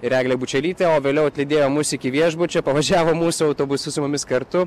ir egle bučelyte o vėliau atlydėjo mus iki viešbučio pavažiavo mūsų autobusu su mumis kartu